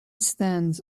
stands